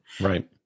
Right